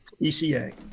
ECA